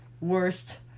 Worst